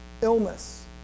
Illness